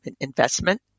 investment